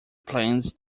plans